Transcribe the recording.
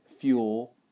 fuel